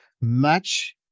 match